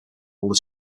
older